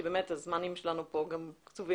כי באמת הזמנים שלנו פה גם קצובים.